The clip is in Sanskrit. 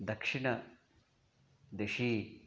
दक्षिणदिशी